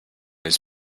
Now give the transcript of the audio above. his